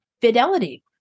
fidelity